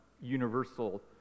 universal